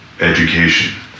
education